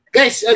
Guys